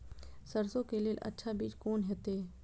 सरसों के लेल अच्छा बीज कोन होते?